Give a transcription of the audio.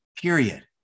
period